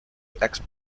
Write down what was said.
experts